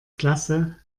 klasse